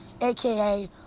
aka